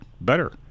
better